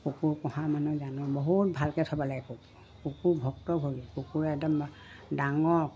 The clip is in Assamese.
কুকুৰ পোহা মানুহ জানো বহুত ভালকৈ থ'ব লাগে কুকুৰ কুকুৰ ভক্ত ভ কুকুৰে একদম ডাঙৰ